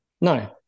No